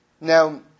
Now